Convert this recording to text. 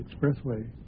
Expressway